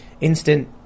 instant